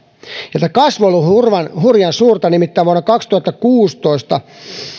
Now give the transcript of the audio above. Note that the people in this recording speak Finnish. ja tämä kasvu on ollut hurjan hurjan suurta nimittäin vuonna kaksituhattakuusitoista